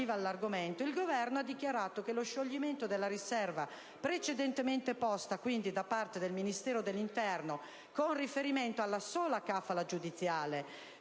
all'argomento, il Governo ha dichiarato che lo scioglimento della riserva precedentemente posta da parte del Ministero dell'interno con riferimento alla sola *kafala* giudiziale,